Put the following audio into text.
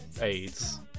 AIDS